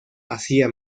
hacía